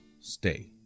stay